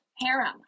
Harem